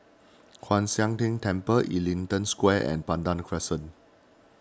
Kwan Siang Tng Temple Ellington Square and Pandan Crescent